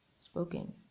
Spoken